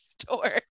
store